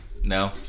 no